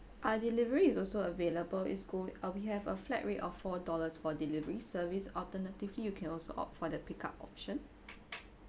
our delivery is also available it's go uh we have a flat rate of four dollars for delivery service alternatively you can also opt for the pick up option